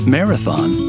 Marathon